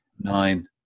nine